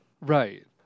Right